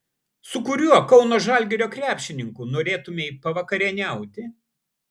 su kuriuo kauno žalgirio krepšininku norėtumei pavakarieniauti